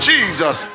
Jesus